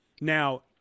Now